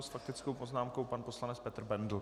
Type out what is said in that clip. S faktickou poznámkou pan poslanec Petr Bendl.